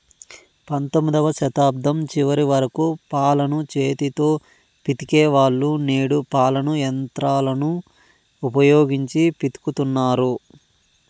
పంతొమ్మిదవ శతాబ్దం చివరి వరకు పాలను చేతితో పితికే వాళ్ళు, నేడు పాలను యంత్రాలను ఉపయోగించి పితుకుతన్నారు